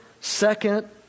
second